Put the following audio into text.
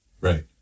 Right